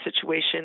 situation